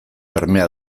bermea